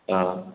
ହଁ